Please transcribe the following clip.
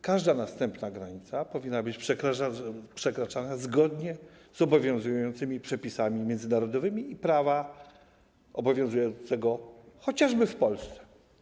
Każda następna granica powinna być przekraczana zgodnie z obowiązującymi przepisami międzynarodowymi i prawa obowiązującego chociażby w Polsce.